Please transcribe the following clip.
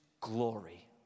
glory